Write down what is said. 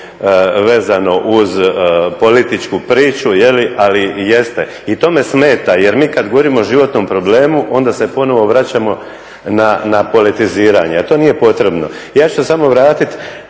vezano uz političku priču, ali jeste. I to me smeta, jer mi kad govorimo o životnom problemu, onda se ponovo vraćamo na politiziranje, a to nije potrebno. Ja ću se samo vratiti